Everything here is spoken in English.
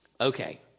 Okay